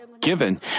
given